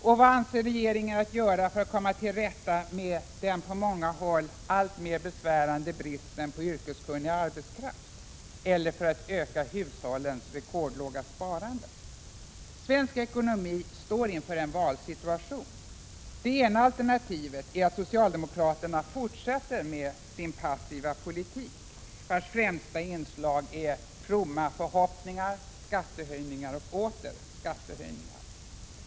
Och vad avser regeringen att göra för att komma till rätta 57 med den på många håll alltmer besvärande bristen på yrkeskunnig arbetskraft? Eller för att öka hushållens rekordlåga sparande? Svensk ekonomi står inför en valsituation. Det ena alternativet är att socialdemokraterna fortsätter med sin passiva politik, vars främsta inslag är fromma förhoppningar, skattehöjningar och åter skattehöjningar.